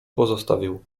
pozostawił